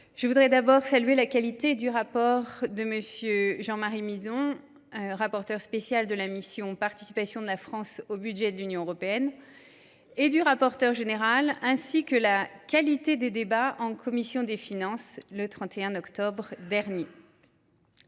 moi d’abord de saluer le travail de M. Jean Marie Mizzon, rapporteur spécial pour la participation de la France au budget de l’Union européenne, et du rapporteur général, ainsi que la qualité des débats en commission des finances, le 31 octobre dernier.